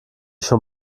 schon